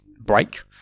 break